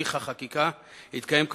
הליך החקיקה יתקיים,